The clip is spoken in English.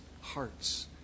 hearts